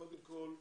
בבקשה יהודה.